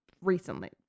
recently